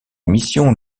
mission